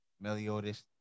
meliodas